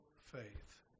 faith